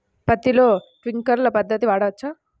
పత్తిలో ట్వింక్లర్ పద్ధతి వాడవచ్చా?